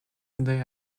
they